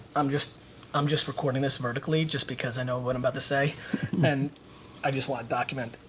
um just um just recording this vertically just because i know what i'm about to say and i just want to document,